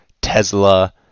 Tesla